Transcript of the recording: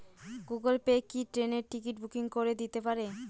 Google Pay কি ট্রেনের ticket booking করে দিতে পারে?